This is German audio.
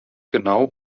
genau